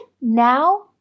now